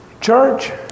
Church